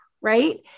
right